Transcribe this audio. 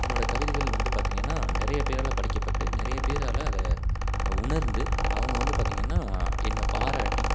என்னோட கவிதைகள் வந்து பார்த்திங்கனா நிறைய பேரால் படிக்கப்பட்டு நிறைய பேரால் அதை உணர்ந்து அவங்க வந்து பார்த்திங்கனா என்னை பாராட்டி